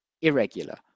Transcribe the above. irregular